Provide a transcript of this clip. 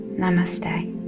namaste